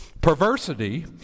perversity